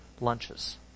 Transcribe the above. lunches